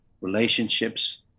relationships